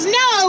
no